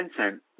Vincent